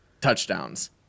touchdowns